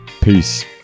peace